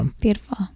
Beautiful